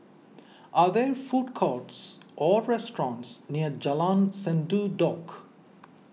are there food courts or restaurants near Jalan Sendudok